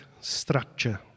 structure